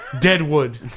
Deadwood